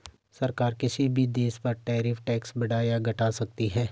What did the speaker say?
सरकार किसी भी देश पर टैरिफ टैक्स बढ़ा या घटा सकती है